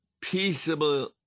peaceable